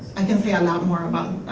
i can say a lot more about